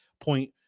point